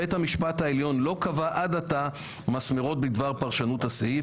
בית המשפט העליון לא קבע עד עתה מסמרות בדבר פרשנות הסעיף.